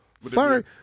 Sorry